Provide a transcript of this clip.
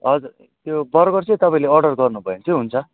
हजुर त्यो बर्गर चाहिँ तपाईँले अर्डर गर्नु भयो भने चाहिँ हुन्छ